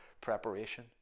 preparation